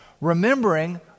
Remembering